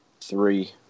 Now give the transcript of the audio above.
three